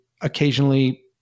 occasionally